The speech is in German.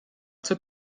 zur